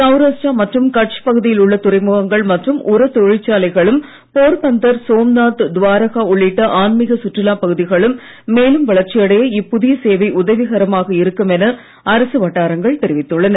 சௌராஷ்டிரா மற்றும் கட்ச் பகுதியில் உள்ள துறைமுகங்கள் மற்றும் உரத் தொழிற்சாலைகளும் போர்பந்தர் சோம்நாத் துவாரகா உள்ளிட்ட ஆன்மீகச் சுற்றுலா பகுதிகளும் மேலும் வளர்ச்சி அடைய இப்புதிய சேவை உதவிகரமாக இருக்கும் என அரசு வட்டாரங்கள் தெரிவித்துள்ளன